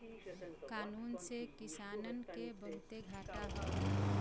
कानून से किसानन के बहुते घाटा हौ